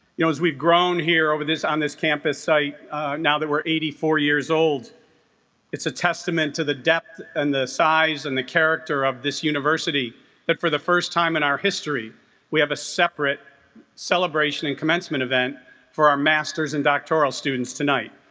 you know as we've grown here over this on this campus site now there were eighty four years old it's a testament to the depth and the size and the character of this university but for the first time in our history we have a separate celebration and commencement event for our masters and doctoral students tonight